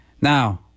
Now